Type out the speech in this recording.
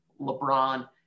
LeBron